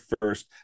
first